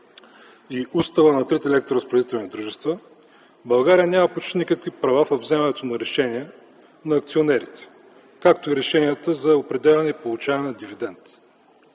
и устава на трите електроразпределителни дружества България няма почти никакви права във вземането на решение на акционерите, както и решенията за определяне и получаване на дивидент.